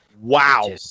wow